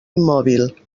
immòbil